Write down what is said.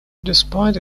despite